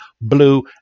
blue